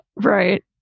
right